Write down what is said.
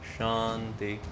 Shanti